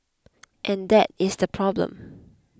and that is the problem